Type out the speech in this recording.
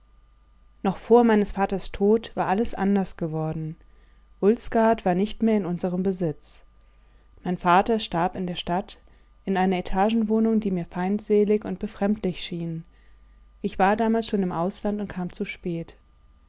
noch vor meines vaters tod war alles anders geworden ulsgaard war nicht mehr in unserm besitz mein vater starb in der stadt in einer etagenwohnung die mir feindsälig und befremdlich schien ich war damals schon im ausland und kam zu spät